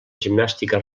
gimnàstica